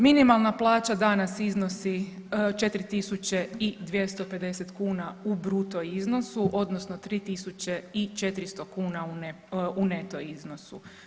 Minimalna plaća danas iznosi 4.250 kuna u bruto iznosu odnosno 3.400 kuna u neto iznosu.